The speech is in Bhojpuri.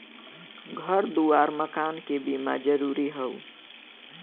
घर दुआर मकान के बीमा जरूरी हौ